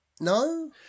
no